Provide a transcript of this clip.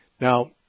Now